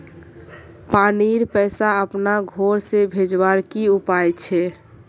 पानीर पैसा अपना घोर से भेजवार की उपाय छे?